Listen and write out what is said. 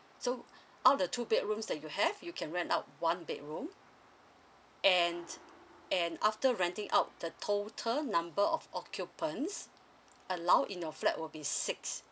so out the two bedrooms that you have you can rent out one bedroom and and after renting out the total number of occupants allowed in your flat will be six